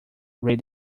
read